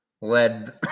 led